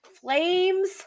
Flames